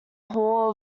hall